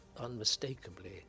unmistakably